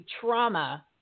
trauma